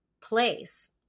place